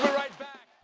right back.